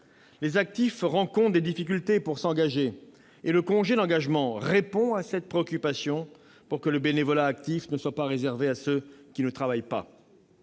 Les actifs rencontrent des difficultés pour s'engager ; le congé d'engagement y répond, pour que le bénévolat actif ne soit pas réservé à ceux qui ne travaillent pas.